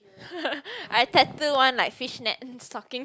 I tattoo one like fishnet stocking